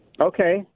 Okay